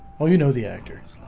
oh, you know the actors.